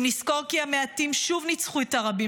אם נזכור כי המעטים שוב ניצחו את הרבים